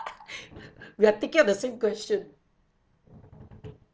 we are thinking of the same question